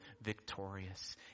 victorious